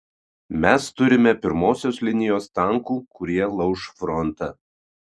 mes turime pirmosios linijos tankų kurie lauš frontą